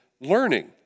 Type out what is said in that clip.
learning